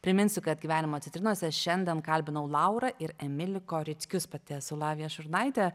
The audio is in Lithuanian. priminsiu kad gyvenimo citrinose šiandien kalbinau laurą ir emilį korickius pati esu lavija šurnaitė